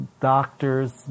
doctors